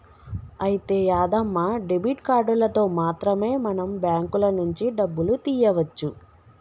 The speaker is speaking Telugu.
అయితే యాదమ్మ డెబిట్ కార్డులతో మాత్రమే మనం బ్యాంకుల నుంచి డబ్బులు తీయవచ్చు